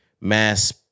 mass